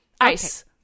ice